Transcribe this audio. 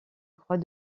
croix